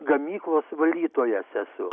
gamyklos valytojas esu